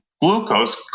glucose